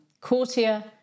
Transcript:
courtier